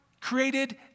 created